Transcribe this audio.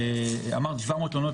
אמרנו שקיבלנו 700 תלונות,